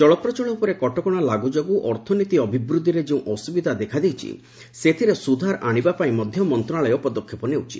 ଚଳପ୍ରଚଳ ଉପରେ କଟକଣା ଲାଗ୍ର ଯୋଗୁଁ ଅର୍ଥନୀତି ଅଭିବୃଦ୍ଧିରେ ଯେଉଁ ଅସୁବିଧା ଦେଖାଦେଇଛି ସେଥିରେ ସୁଧାର ଆଣିବା ପାଇଁ ମଧ୍ୟ ମନ୍ତ୍ରଣାଳୟ ପଦକ୍ଷେପ ନେଉଛି